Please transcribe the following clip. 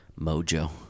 mojo